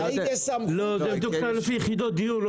לא, זה לפי יחידות דיור.